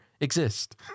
exist